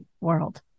world